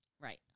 Right